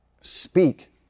speak